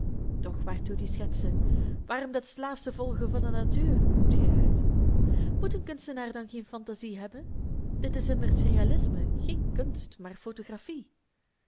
doch waartoe die schetsen waarom dat slaafsche volgen van de natuur roept gij uit moet een kunstenaar dan geen fantasie hebben dit is immers realisme geen kunst maar photografie